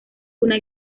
una